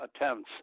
attempts